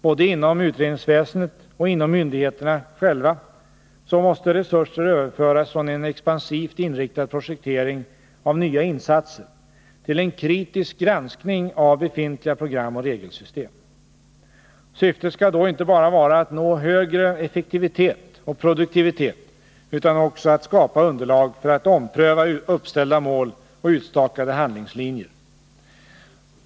Både inom utredningsväsendet och inom myndigheterna själva måste resurser överföras från en expansivt inriktad projektering av nya insatser till en kritisk granskning av befintliga program och regelsystem. Syftet skall då inte bara vara att nå högre effektivitet och produktivitet utan också att skapa underlag för att ompröva uppställda mål och utstakade handlingslinjer.